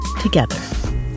together